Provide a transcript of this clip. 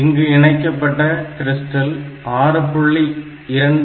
இங்கு இணைக்கப்பட்ட கிரிஸ்டல் 6